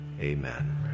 amen